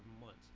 months